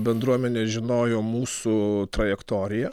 bendruomenė žinojo mūsų trajektoriją